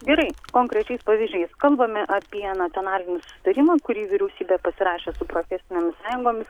gerai konkrečiais pavyzdžiais kalbame apie nacionalinį susitarimą kurį vyriausybė pasirašė su profesinėmis sąjungomis